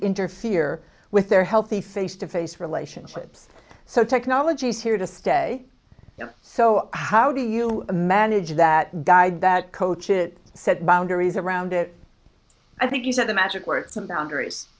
interfere with their healthy face to face relationships so technology is here to stay so how do you manage that guide that coaches set boundaries around it i think you said the magic word some boundaries